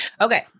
Okay